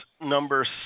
number